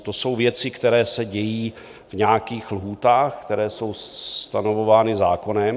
To jsou věci, které se dějí v nějakých lhůtách, které jsou stanovovány zákonem.